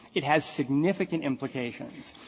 it has significant implications.